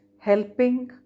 helping